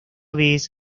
vez